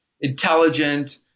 intelligent